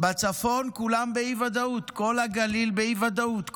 בצפון כולם באי-ודאות: כל הגליל באי-ודאות,